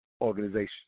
organization